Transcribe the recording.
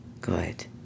Good